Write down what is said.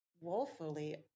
woefully